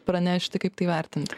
pranešti kaip tai vertinti